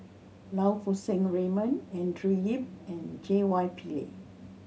Lau Poo Seng Raymond Andrew Yip and J Y Pillay